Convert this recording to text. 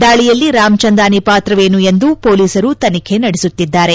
ದಾಳಿಯಲ್ಲಿ ರಾಮ್ಚಂದಾನಿ ಪಾತ್ರವೇನು ಎಂದು ಪೋಲಿಸರು ತನಿಖೆ ನಡೆಸುತ್ತಿದ್ದಾರೆ